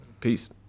Peace